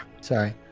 Sorry